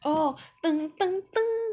oh (pbo)